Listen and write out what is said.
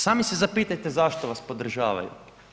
Sami se zapitajte zašto vas podržavaju.